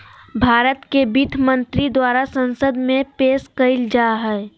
भारत के वित्त मंत्री द्वारा संसद में पेश कइल जा हइ